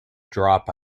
drop